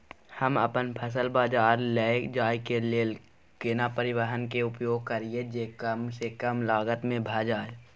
हम अपन फसल बाजार लैय जाय के लेल केना परिवहन के उपयोग करिये जे कम स कम लागत में भ जाय?